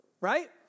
right